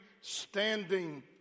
standing